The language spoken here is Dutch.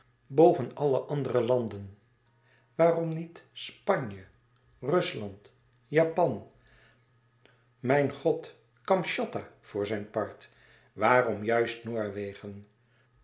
boven alle andere landen waarom niet spanje rusland japan mijn god kamschatka voor zijn part waarom juist noorwegen